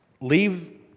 Leave